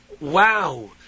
wow